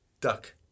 Duck